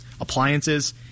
appliances